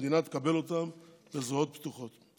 המדינה תקבל אותם בזרועות פתוחות.